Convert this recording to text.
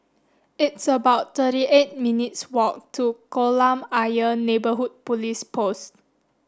it's about thirty eight minutes walk to Kolam Ayer Neighbourhood Police Post